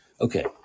Okay